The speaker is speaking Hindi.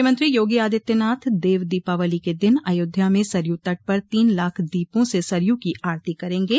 मुख्यमंत्री योगी आदित्यनाथ देव दीपावली के दिन अयोध्या में सरयू तट पर तीन लाख दीपों से सरयू की आरती करेंगे